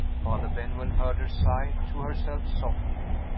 father benwell heard her sigh to herself softly,